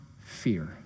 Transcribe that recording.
fear